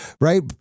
Right